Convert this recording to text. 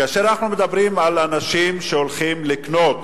כאשר אנחנו מדברים על אנשים שהולכים לקנות,